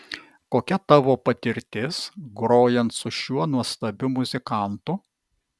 kokia tavo patirtis grojant su šiuo nuostabiu muzikantu